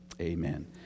Amen